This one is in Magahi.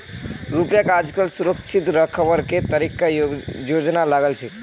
रुपयाक आजकल सुरक्षित रखवार के तरीका खोजवा लागल छेक